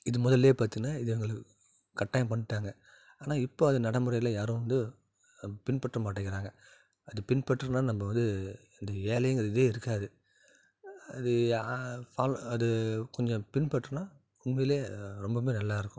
இது மொதல பார்த்தன்னா இது எங்களுக்கு கட்டாயம் பண்ணிட்டாங்க ஆனால் இப்போ அது நடைமுறையில் யாரும் வந்து பின்பற்றமாட்டேங்கிறாங்க அது பின்பற்றுன்னா நம்ப வந்து இந்த ஏழைங்கிற இதே இருக்காது அது ஃபாலோ அது கொஞ்சம் பின்பற்றுன்னா உண்மையில ரொம்பவுமே நல்லா இருக்கும்